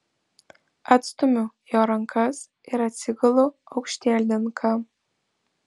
atstumiu jo rankas ir atsigulu aukštielninka